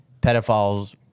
pedophiles